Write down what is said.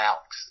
Alex